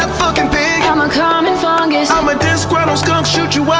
fucking pig i'm a common fungus i'm a disgruntled skunk, shoot you out